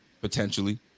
potentially